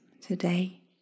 today